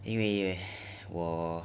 因为我